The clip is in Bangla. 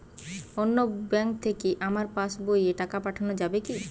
অন্য ব্যাঙ্ক থেকে আমার পাশবইয়ে টাকা পাঠানো যাবে কি?